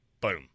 boom